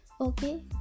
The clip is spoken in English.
Okay